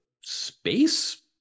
space